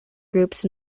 groups